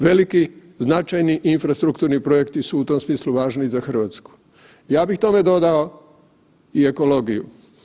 Veliki značajni infrastrukturni projekti su u tom smislu važni i za Hrvatsku, ja bih tome dodao i ekologiju.